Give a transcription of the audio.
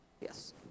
Yes